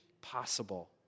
possible